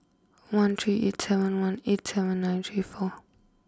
one three eight seven one eight seven nine three four